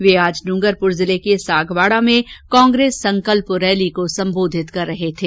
वे आज डूंगरपुर जिले के सागवाडा में कांग्रेस संकल्प रैली को सम्बोधित कर रहे थे